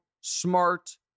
Smart